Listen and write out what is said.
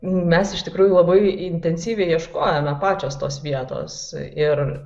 mes iš tikrųjų labai intensyviai ieškojome pačios tos vietos ir